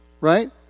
right